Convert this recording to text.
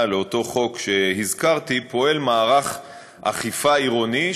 לאותו חוק שהזכרתי פועל מערך אכיפה עירוני,